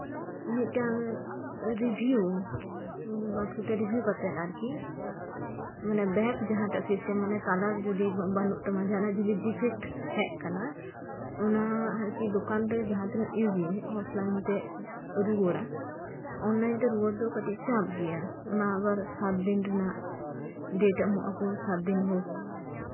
ᱢᱤᱫᱴᱟᱝ ᱨᱤᱵᱷᱤᱭᱩ ᱵᱟᱫ ᱠᱟᱛᱮ ᱢᱟᱱᱮ ᱨᱤᱵᱷᱤᱭᱩ ᱠᱟᱛᱮ ᱟᱨᱠᱤ ᱢᱟᱱᱮ ᱵᱮᱜᱽ ᱥᱤᱥᱴᱮᱢ ᱡᱟᱦᱟᱸᱴᱟᱜ ᱟᱨᱠᱤ ᱠᱟᱞᱟᱨ ᱡᱩᱫᱤ ᱵᱟᱱᱩ ᱛᱟᱢᱟ ᱡᱟᱦᱟᱸᱴᱟᱜ ᱡᱩᱫᱤ ᱰᱤᱯᱷᱮᱠᱴ ᱦᱮᱡ ᱠᱟᱱᱟ ᱚᱱᱟ ᱟᱨᱠᱤ ᱫᱚᱠᱟᱱ ᱨᱮ ᱡᱟᱦᱟᱸ ᱛᱤᱱᱟᱹᱜ ᱤᱡᱤ ᱚᱯᱷᱞᱟᱭᱤᱱ ᱛᱮ ᱨᱩᱣᱟᱹᱲᱟ ᱚᱱᱞᱟᱭᱤᱱ ᱛᱮ ᱨᱩᱣᱟᱹᱲ ᱫᱚ ᱠᱟᱴᱤᱡ ᱪᱟᱯ ᱜᱮᱭᱟ ᱚᱱᱟ ᱟᱵᱟᱨ ᱥᱟᱛ ᱫᱤᱱ ᱨᱮᱱᱟᱜ ᱰᱮᱴ ᱮᱢᱚᱜ ᱟᱠᱚ ᱥᱟᱛ ᱫᱤᱱ ᱦᱳᱠ